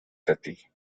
sati